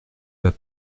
pas